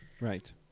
Right